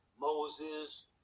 Moses